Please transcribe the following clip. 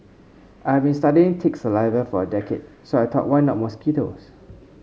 I've been studying tick saliva for a decade so I thought why not mosquitoes